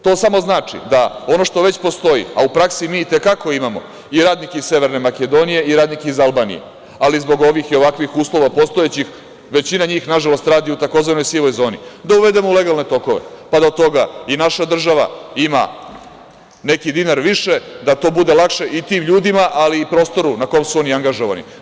To samo znači da ono što već postoji, a u praksi mi i te kako imamo i radnike iz Severne Makedonije i radnike iz Albanije, ali zbog ovih i ovakvih uslova postojećih većina njih, nažalost, radi u tzv. sivoj zoni, da uvedemo u legalne tokove, pa da od toga i naša država ima neki dinar više, da to bude lakše i tim ljudima, ali i prostoru na kom su oni angažovano.